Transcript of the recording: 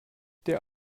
der